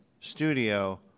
studio